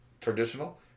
Traditional